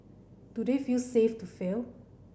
do they feel safe to fail